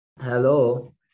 Hello